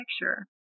picture